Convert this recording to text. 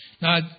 Now